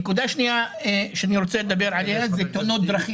נקודה שנייה שאני רוצה לדבר עלייה היא תאונות דרכים.